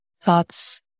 thoughts